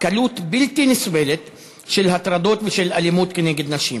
קלות בלתי נסבלת של הטרדות ושל אלימות כנגד נשים.